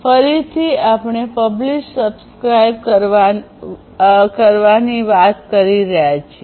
ફરીથી આપણે publish subscribe કરવાની વાત કરી રહ્યા છીએ